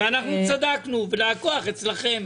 ואנחנו מצדקנו והכוח אצלכם.